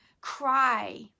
cry